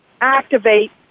activate